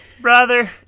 Brother